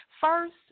First